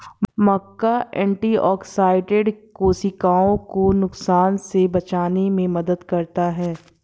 मक्का antioxidant कोशिकाओं को नुकसान से बचाने में मदद करता है